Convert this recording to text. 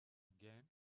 again